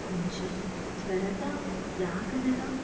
కొంచెం త్వరగా రాగలరా